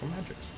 magics